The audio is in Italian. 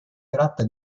tratta